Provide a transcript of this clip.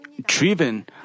driven